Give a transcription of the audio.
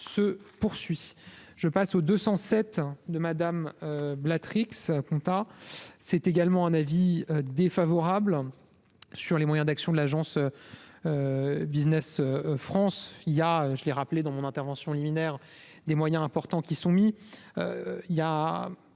se poursuit, je passe au 207 de madame bla Trix compta, c'est également un avis défavorable sur les moyens d'action de l'agence Business France il y a, je l'ai rappelé dans mon intervention liminaire des moyens importants qui sont mis, il y a